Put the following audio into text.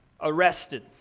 arrested